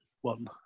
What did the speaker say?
one